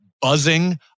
buzzing